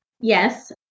yes